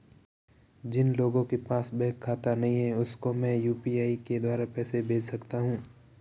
जिन लोगों के पास बैंक खाता नहीं है उसको मैं यू.पी.आई के द्वारा पैसे भेज सकता हूं?